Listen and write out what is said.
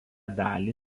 dalį